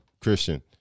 Christian